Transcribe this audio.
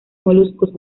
moluscos